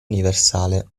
universale